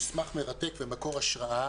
המסמך מרתק ומקור השראה